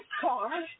car